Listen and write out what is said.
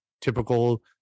typical